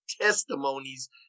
testimonies